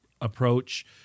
approach